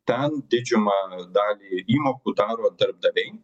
ten didžiumą dalį įmokų daro darbdaviai